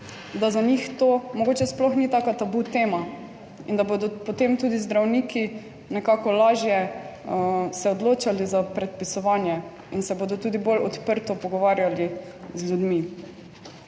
da za njih to mogoče sploh ni taka tabu tema in da bodo potem tudi zdravniki nekako lažje se odločali za predpisovanje in se bodo tudi bolj odprto pogovarjali z ljudmi.